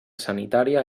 sanitària